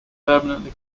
permanently